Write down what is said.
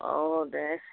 औ दे